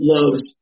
Loves